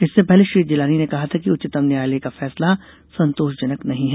इससे पहले श्री जिलानी ने कहा था कि उच्चतम न्यायालय का फैसला संतोषजनक नहीं है